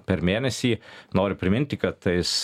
per mėnesį noriu priminti kad tais